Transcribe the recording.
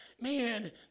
man